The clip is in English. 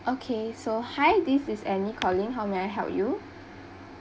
okay so hi this is annie calling how may I help you